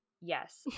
Yes